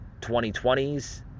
2020s